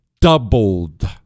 Doubled